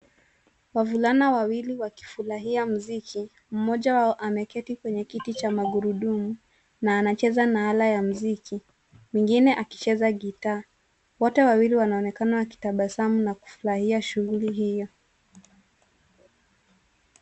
Wavulana wawili wakifurahia mziki, mmoja wao ameketi kwenye kiti cha magurudumu na anacheza na ala ya mziki, mwingine akicheza gitaa. Wote wawili wanaonekana wakitabasamu na kufurahia shughuli hiyo.